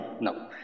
no